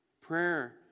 Prayer